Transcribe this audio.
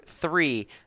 three